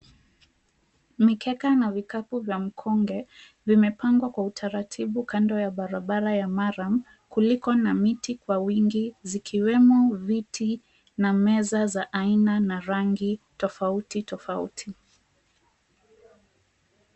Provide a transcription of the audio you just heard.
Mikeka na vikapu vya mkonge vimepangwa kwa utaratibu kando ya barabara ya [cp] murram [cp] kuliko na miti kwa wingi zikiwemo viti na meza za aina na rangi tofauti tofauti.